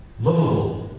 lovable